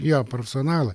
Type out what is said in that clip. jo personala